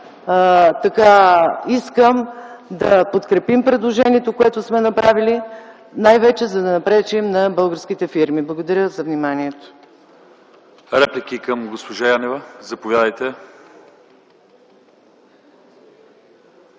искам да подкрепим предложението, което сме направили, най-вече за да не пречим на българските фирми. Благодаря за вниманието.